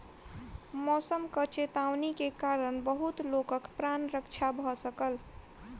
मौसमक चेतावनी के कारण बहुत लोकक प्राण रक्षा भ सकल